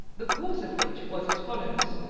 the cause of which was as follows.